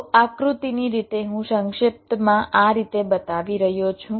તો આકૃતિની રીતે હું સંક્ષિપ્તમાં આ રીતે બતાવી રહ્યો છું